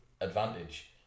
advantage